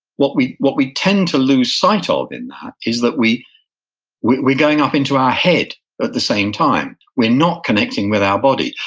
what we what we tend to lose sight ah of in that is that we're we're going up into our head at the same time. we're not connecting with our body.